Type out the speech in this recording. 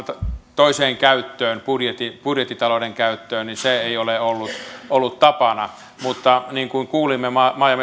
toiseen käyttöön budjettitaloudessa ei ole ollut ollut tapana mutta niin kuin kuulimme maa ja